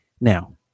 Now